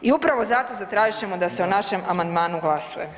I upravo zato zatražit ćemo da se o našem amandmanu glasuje.